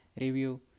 review